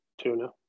tuna